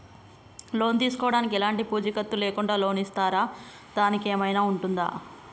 Loan కావడానికి ఎలాంటి పూచీకత్తు లేకుండా లోన్ ఇస్తారా దానికి ఏమైనా ఉంటుందా?